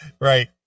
Right